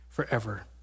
forever